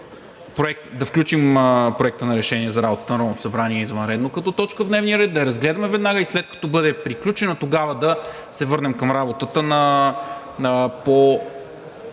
да включим Проекта на решение за работата на Народното събрание извънредно като точка в дневния ред, да я разгледаме веднага и след като бъде приключена, тогава да се върнем към работата по